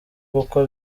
gukwa